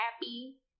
happy